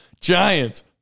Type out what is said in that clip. Giants